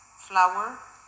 flour